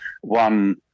one